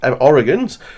oregon's